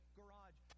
garage